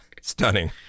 Stunning